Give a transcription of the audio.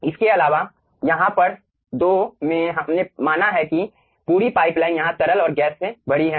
इसके अलावा यहां पहले 2 में हमने माना है कि पूरी पाइपलाइन यहां तरल और गैस से भरी है